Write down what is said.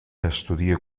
estudia